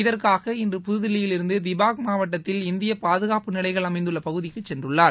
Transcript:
இதற்காக இன்று புதுதில்லியிலிருந்து திபாங் மாவட்டத்தில் இந்திய பாதுகாப்பு நிலைகள் அமைந்துள்ள பகுதிக்கு சென்றுள்ளார்